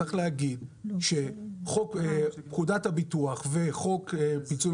צריך להגיד שפקודת הביטוח וחוק פיצוים